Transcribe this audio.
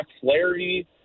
Flaherty